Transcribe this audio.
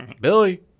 Billy